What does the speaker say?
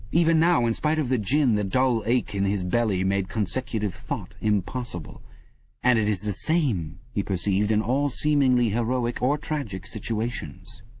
even now, in spite of the gin, the dull ache in his belly made consecutive thought impossible and it is the same, he perceived, in all seemingly heroic or tragic situations.